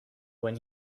when